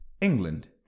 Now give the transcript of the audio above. England